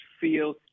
feel